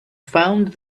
found